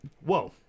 whoa